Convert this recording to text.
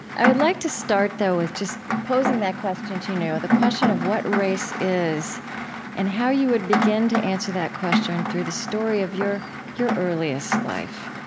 i would like to start, though, with just posing that question to you, know the question of what race is and how you would begin to answer that question through the story of your your earliest life.